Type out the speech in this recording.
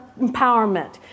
empowerment